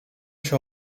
się